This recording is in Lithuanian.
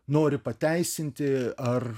nori pateisinti ar